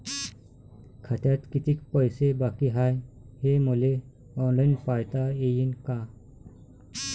खात्यात कितीक पैसे बाकी हाय हे मले ऑनलाईन पायता येईन का?